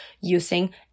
using